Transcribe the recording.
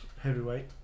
heavyweight